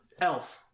Elf